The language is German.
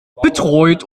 betreut